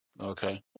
Okay